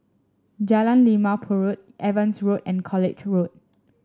Jalan Limau Purut Evans Road and College Road